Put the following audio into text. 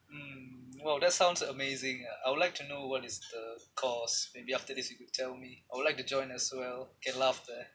mm well that sounds amazing uh I would like to know what is the course maybe after this you could tell me I would like to join as well can laugh there